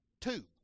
tube